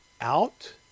out